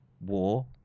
war